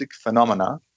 phenomena